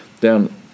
down